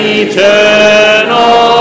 eternal